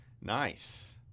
Nice